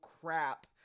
crap